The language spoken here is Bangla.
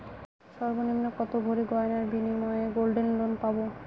সর্বনিম্ন কত ভরি গয়নার বিনিময়ে গোল্ড লোন পাব?